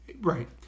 Right